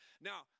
Now